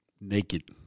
naked